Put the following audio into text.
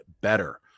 better